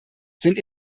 sind